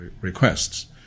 requests